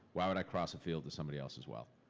why would i cross a field to somebody else's well?